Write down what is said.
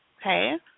okay